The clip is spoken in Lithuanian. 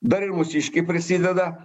dar ir mūsiškiai prisideda